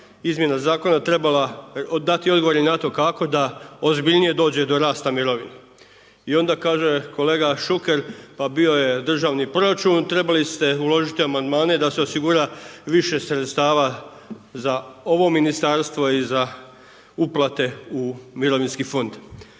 izmjena zakona trebala dati odgovore i na to kako da ozbiljnije dođe i do rasta mirovine. I onda kaže kolega Šuker, pa bio je državni proračun trebali ste uložiti amandmane da se osigura više sredstava za ovo ministarstvo i za uplate u mirovinski fond.